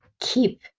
keep